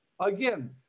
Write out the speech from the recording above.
Again